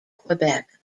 quebec